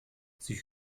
sie